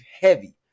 heavy